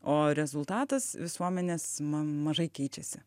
o rezultatas visuomenės ma mažai keičiasi